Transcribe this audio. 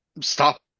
stop